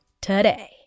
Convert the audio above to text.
today